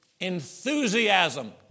Enthusiasm